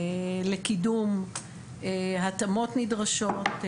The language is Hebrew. לקידום ההתאמות נדרשות,